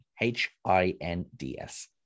H-I-N-D-S